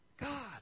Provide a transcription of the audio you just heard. God